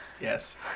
Yes